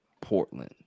Portland